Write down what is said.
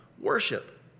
worship